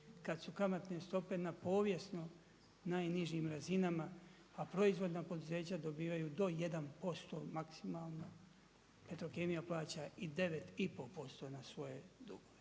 Kad su kamatne stope na povijesno najnižim razinama a proizvodna poduzeća dobivaju do 1% maksimalno, Petrokemija plaća i 9,5% na svoje dugove,